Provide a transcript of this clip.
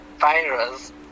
virus